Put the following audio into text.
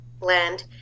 land